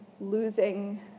losing